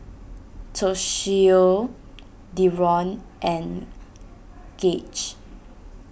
Toshio Deron and Gage